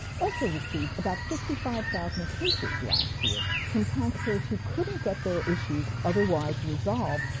also received about fifty five thousand cases last year from taxpayers who couldn't get their issues otherwise resolved,